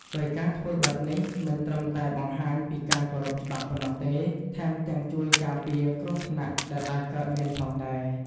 ដោយការធ្វើបែបនេះមិនត្រឹមតែបង្ហាញពីការគោរពច្បាប់ប៉ុណ្ណោះទេ ថែមទាំងជួយការពារគ្រោះថ្នាក់ដែលអាចកើតមានផងដែរ។